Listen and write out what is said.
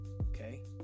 okay